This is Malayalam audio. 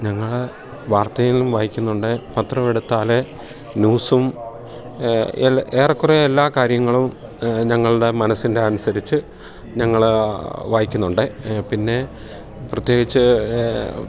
ഞങ്ങൾ വാർത്തയിലും വായിക്കുന്നുണ്ട് പത്രമെടുത്താൽ ന്യൂസും ഏറെക്കുറേ എല്ലാ കാര്യങ്ങളും ഞങ്ങളുടെ മനസ്സിൻ്റെ അനുസരിച്ച് ഞങ്ങൾ വായിക്കുന്നുണ്ട് പിന്നെ പ്രത്യേകിച്ച്